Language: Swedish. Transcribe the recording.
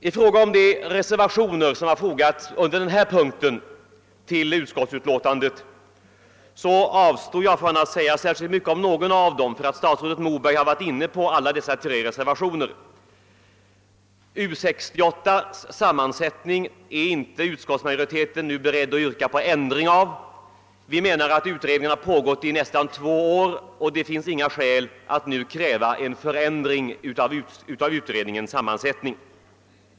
I fråga om de reservationer som under denna punkt har fogats till utskottsutlåtandet avstår jag från att säga särskilt mycket om någon av dem, därför att statsrådet Moberg har varit inne på alla dessa tre reservationer. Utskottsmajoriteten är inte beredd att yrka någon ändring av U 68:s sammansättning. Utredningen har pågått i två år, och det finns inga skäl att nu kräva en förändring av dess sammansättning.